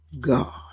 God